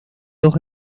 dos